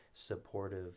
supportive